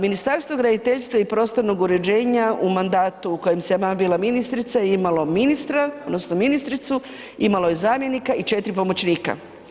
Ministarstvo graditeljstva i prostornog uređenja u mandatu u kojem sam ja bila ministrica je imalo ministra odnosno ministricu, imalo je zamjenika i 4 pomoćnika.